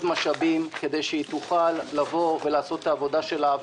משאבים כדי שהיא תוכל לעשות את העבודה שלה,